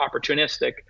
opportunistic